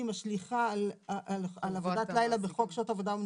משליכה על עבודת לילה בחוק שעות עבודה ומנוחה?